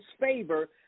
favor